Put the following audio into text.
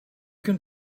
can